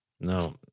No